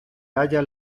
halla